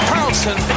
Carlson